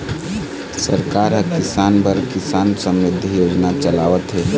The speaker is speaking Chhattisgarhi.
सरकार ह किसान बर किसान समरिद्धि योजना चलावत हे